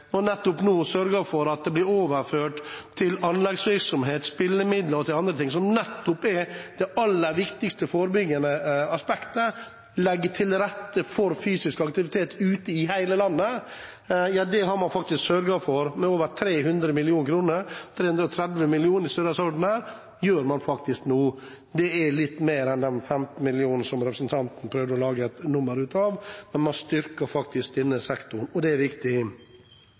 og nå sørget for at det blir overført til anleggsvirksomhet og til andre ting spillemidler, som er det aller viktigste forebyggende aspektet. Å legge til rette for fysisk aktivitet ute i hele landet har man faktisk sørget for å gjøre med over 300 mill. kr – 330 mill. kr, i den størrelsesorden. Det er litt mer enn de 15 millionene som representanten prøvde å lage et nummer ut av. Man styrker denne sektoren, og det er viktig.